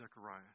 Zechariah